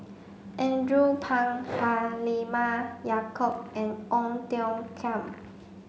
Andrew Phang Halimah Yacob and Ong Tiong Khiam